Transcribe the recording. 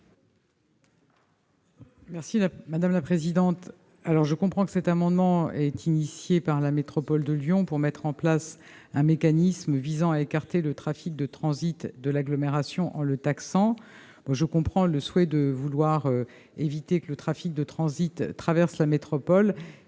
l'avis du Gouvernement ? Je comprends que cet amendement est initié par la métropole de Lyon pour mettre en place un mécanisme visant à écarter le trafic de transit de l'agglomération en le taxant. Le souhait d'éviter que le trafic de transit ne traverse la métropole